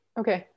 okay